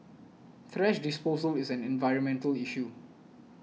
thrash disposal is an environmental issue